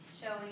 showing